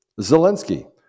Zelensky